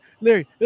Larry